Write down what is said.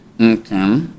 okay